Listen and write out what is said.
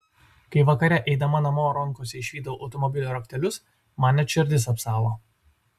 kai vakare eidama namo rankose išvydau automobilio raktelius man net širdis apsalo